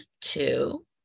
two